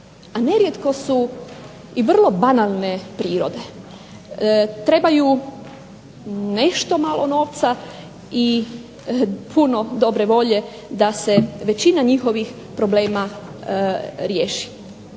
a nerijetko su i vrlo banalne prirode. Trebaju nešto malo novca i puno dobre volje da se većina njihovih problema riješi.